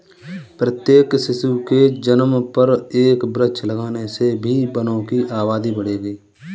प्रत्येक शिशु के जन्म पर एक वृक्ष लगाने से भी वनों की आबादी बढ़ेगी